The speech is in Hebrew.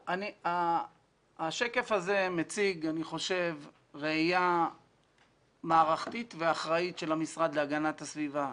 אני חושב שהשקף הזה מציג ראייה מערכתית ואחראית של המשרד להגנת הסביבה.